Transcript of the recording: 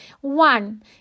One